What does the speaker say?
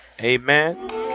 Amen